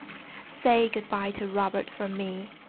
say good-bye to robert for me.